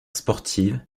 sportive